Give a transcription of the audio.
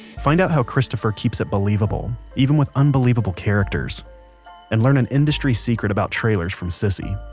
find out how christopher keeps it believable, even with unbelievable characters and learn an industry secret about trailers from cissy,